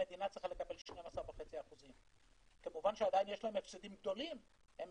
המדינה צריכה לקבל 12.5%. כמובן עדיין יש להם הפסדים גדולים הם